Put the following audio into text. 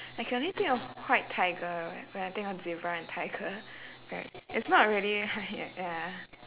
I can only think of w~ white tiger when I think of zebra and tiger but it's not really hybrid ya